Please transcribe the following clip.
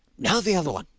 now the other one,